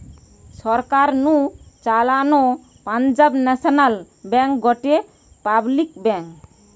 সরকার নু চালানো Punjab National Bank গটে পাবলিক ব্যাঙ্ক